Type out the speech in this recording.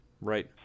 Right